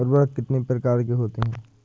उर्वरक कितनी प्रकार के होते हैं?